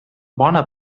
bona